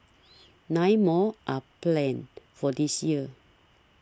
nine more are planned for this year